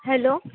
hello